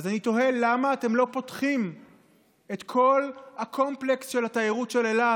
אז אני תוהה למה אתם לא פותחים את כל הקומפלקס של התיירות של אילת,